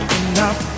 enough